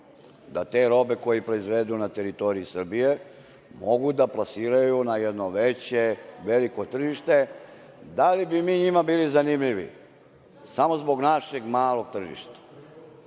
da te robe koju proizvedu na teritoriji Srbije mogu da plasiraju na jedno veće tržište, da li bi mi njima bili zanimljivi samo zbog našeg malog tržište?